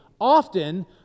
often